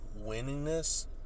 winningness